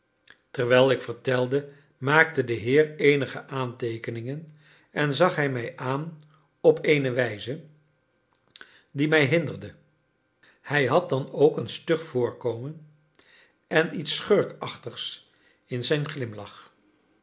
terwijl ik vertelde maakte de heer eenige aanteekeningen en zag hij mij aan op eene wijze die mij hinderde hij had dan ook een stug voorkomen en iets schurkachtigs in zijn glimlach